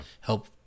help